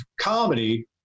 comedy